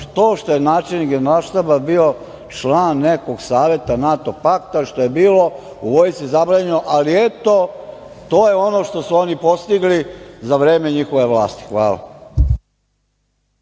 što je načelnik Generalštaba bio član nekog saveta NATO pakta, što je bilo u vojsci zabranjeno, ali, eto, to je ono što su oni postigli za vreme njihove vlasti. Hvala.